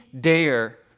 dare